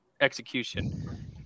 execution